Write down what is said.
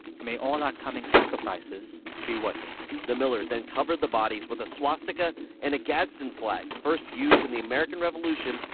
may all our coming sacrifices be worth it the millers then covered the bodies with a swastika and a gadsden flag, first used in the american revolution,